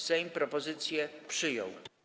Sejm propozycję przyjął.